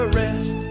rest